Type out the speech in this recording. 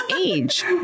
age